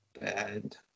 bad